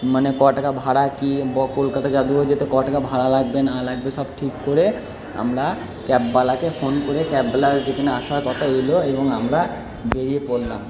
মানে ক টাকা ভাড়া কি কলকাতা যাদুঘর যেতে ক টাকা ভাড়া লাগবে না লাগবে সব ঠিক করে আমরা ক্যাববালাকে ফোন করে ক্যাববালা যেখানে আসার কথা এলো এবং আমরা বেড়িয়ে পড়লাম